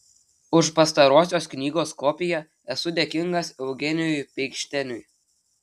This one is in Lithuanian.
už pastarosios knygos kopiją esu dėkingas eugenijui peikšteniui